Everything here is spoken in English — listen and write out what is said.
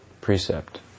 precept